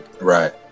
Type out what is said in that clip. right